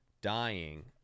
dying